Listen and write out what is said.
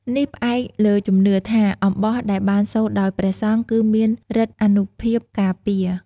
នេះផ្អែកលើជំនឿថា អំបោះដែលបានសូត្រដោយព្រះសង្ឃគឺមានឫទ្ធិអានុភាពការពារ។